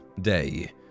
Day